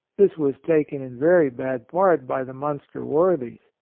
this was taken in very bad part by the munster worthies.